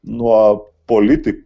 nuo politikų